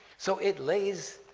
so it lays,